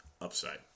upside